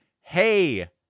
hey